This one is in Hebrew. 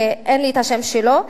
שאין לי את השם שלו,